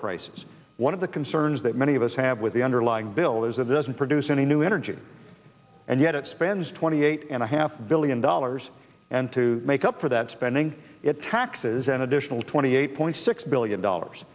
prices one of the concerns that many of us have with the underlying bill is it doesn't produce any new energy and yet it spends twenty eight and a half billion dollars and to make up for that spending it taxes an additional twenty eight point six billion dollars